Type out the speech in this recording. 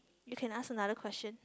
you can ask another question